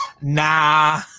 nah